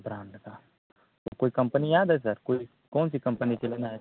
brand का और कोई कंपनी याद है सर कोई कौन सी कंपनी के लेना है